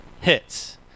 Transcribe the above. hits